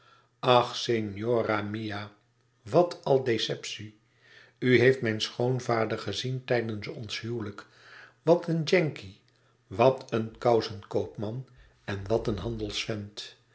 ach signora mia wat al deceptie u heeft mijn schoonvader gezien tijdens ons huwelijk wat een yankee wat een kousenkoopman en wat een